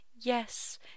Yes